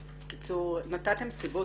בקיצור, נתתם סיבות